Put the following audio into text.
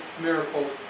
miracles